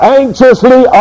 anxiously